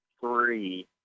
three